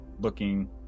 looking